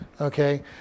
Okay